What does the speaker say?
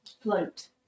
float